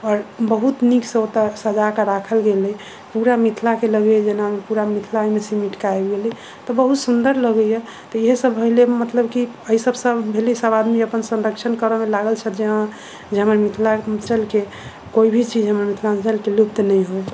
आओर बहुत नीकसँ ओतऽ सजाकर राखल गेल अछि पूरा मिथिलाके लगैया जेना पूरा मिथिला एहिमे सिमटिके आबि गेलै तऽ बहुत सुन्दर लगैया तऽ इएह सभ हइ ले मतलब कि एहि सभसँ भेलै सभ आदमी अपन संरक्षण करऽमे लागल छथि जे हँ जे हमर मिथिला चलिके कोइ भी चीज हमर मिथिलाञ्चलके लुप्त नहि होइ